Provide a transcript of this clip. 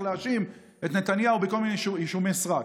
להאשים את נתניהו בכל מיני אישומי סרק.